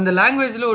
language